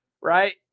right